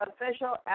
Official